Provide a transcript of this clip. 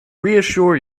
reassure